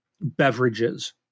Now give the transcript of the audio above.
beverages